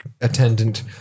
attendant